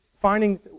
finding